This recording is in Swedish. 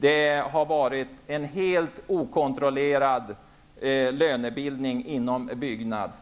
Det har varit en helt okontrollerad lönebildning inom Byggnads